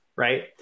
Right